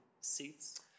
seats